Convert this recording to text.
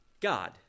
God